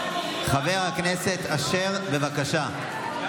חבר הכנסת אשר, בבקשה.